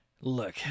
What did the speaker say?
Look